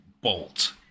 bolt